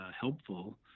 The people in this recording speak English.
helpful